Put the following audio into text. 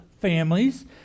families